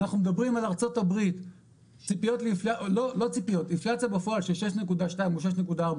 אנחנו מדברים על ארצות הברית אינפלציה בפועל של 6.2 או 6.4,